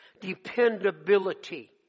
dependability